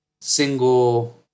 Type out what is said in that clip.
single